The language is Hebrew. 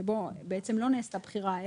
שבו לא נעשתה בחירה,